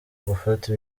gufata